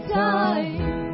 time